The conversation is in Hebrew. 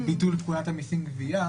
לביטול פקודת המיסים וגבייה